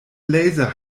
blazer